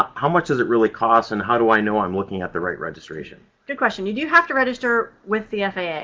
um how much does it really cost and how do i know i'm looking at the right registration? corbett good question. you do have to register with the faa. yeah